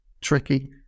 tricky